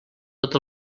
tot